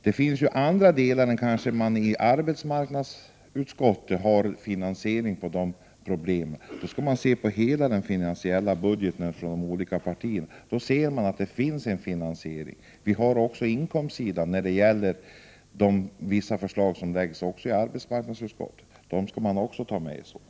Det gäller alltså att se på hela den finansiella budgeten från de olika partierna. Vissa förslag som framläggs i arbetsmarknadsutskottets betänkande innebär således också inkomster. Det gäller att också ta med dem i bilden.